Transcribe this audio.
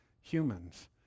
humans